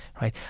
right?